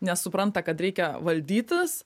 nesupranta kad reikia valdytis